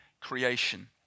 creation